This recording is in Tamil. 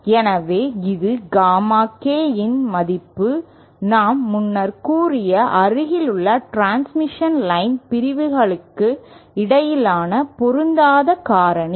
எனவே இது காமா K ன் மதிப்பு நாம் முன்னர் கூறிய அருகிலுள்ள டிரான்ஸ்மிஷன் லைன் பிரிவுகளுக்கு இடையிலான பொருந்தாத காரணி